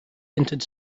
entered